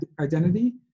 identity